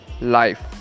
life